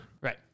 right